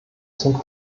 zum